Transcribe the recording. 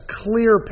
clear